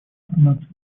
информацией